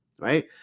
right